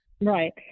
Right